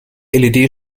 led